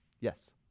Yes